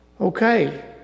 okay